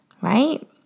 right